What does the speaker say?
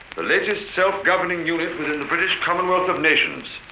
the latest self-governing unit within the british commonwealth of nations,